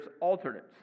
alternates